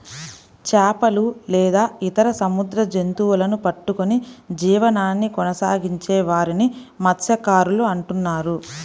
చేపలు లేదా ఇతర సముద్ర జంతువులను పట్టుకొని జీవనాన్ని కొనసాగించే వారిని మత్య్సకారులు అంటున్నారు